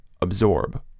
absorb